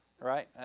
right